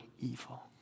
evil